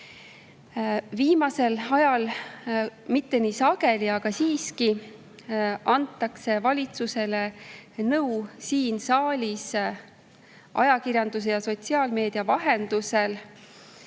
Viimasel ajal mitte nii sageli, aga siiski antakse valitsusele nõu siin saalis, ajakirjanduse ja sotsiaalmeedia vahendusel,